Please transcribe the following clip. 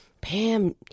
Pam